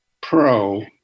pro